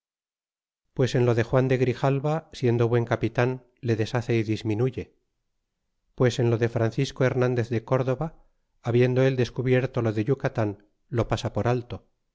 pues en lo de juan de grijalva siendo buen capitan le deshace y disminuye pues en lo de francisco hernandez de córdoba habiendo él descubierto lo de yucatan lo pasa por alto